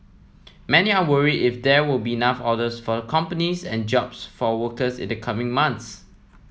many are worry if there will be enough orders for the companies and jobs for workers in the coming months